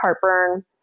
heartburn